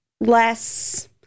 less